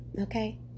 Okay